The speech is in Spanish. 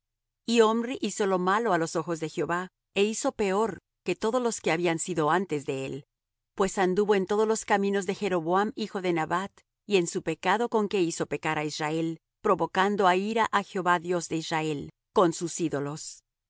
y omri hizo lo malo á los ojos de jehová é hizo peor que todos los que habían sido antes de él pues anduvo en todos los caminos de jeroboam hijo de nabat y en su pecado con que hizo pecar á israel provocando á ira á jehová dios de israel con sus ídolos